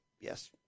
yes